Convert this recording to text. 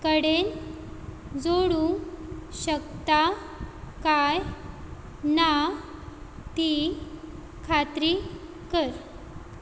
कडेन जोडूंक शकता कांय ना ती खात्री कर